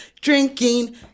drinking